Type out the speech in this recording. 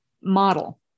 model